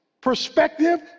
perspective